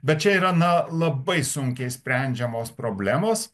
bet čia yra na labai sunkiai sprendžiamos problemos